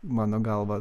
mano galva